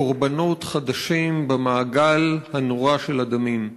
קורבנות חדשים במעגל הנורא של הדמים.